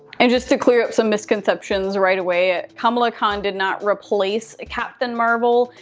and just to clear up some misconceptions right away, kamala khan did not replace captain marvel.